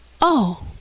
Oh